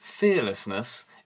Fearlessness